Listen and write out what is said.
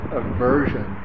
aversion